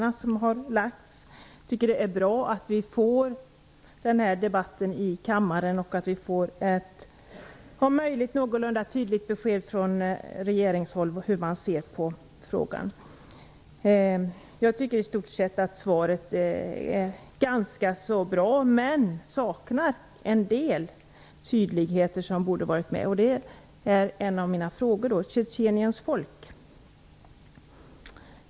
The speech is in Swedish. Jag tycker att det är bra att vi får den här debatten i kammaren och att vi om möjligt får ett någorlunda tydligt besked från regeringen om hur man ser på saken. Jag tycker att svaret är ganska bra, men jag saknar en del. Det handlar en av mina frågor om: Det borde ha funnits med mer om Tjetjeniens folk.